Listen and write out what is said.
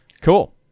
Cool